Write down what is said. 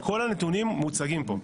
כל הנתונים מוצגים פה.